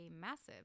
massive